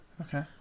Okay